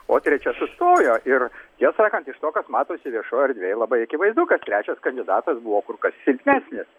o trečia sustojo ir tiesą sakant iš to kas matosi viešoje erdvėje labai akivaizdu kad trečias kandidatas buvo kur kas silpnesnis